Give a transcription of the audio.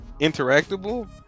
interactable